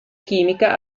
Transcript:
chimica